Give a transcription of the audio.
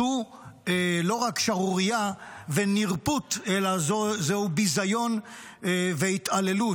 זו לא רק שערורייה ונרפות אלא זהו ביזיון והתעללות.